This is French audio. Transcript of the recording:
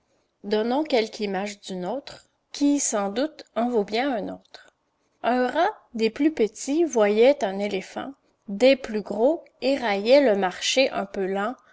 donnons quelque image du nôtre qui sans doute en vaut bien un autre un rat des plus petits voyait un éléphant des plus gros et raillait le marcher un peu lent